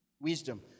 Wisdom